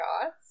gods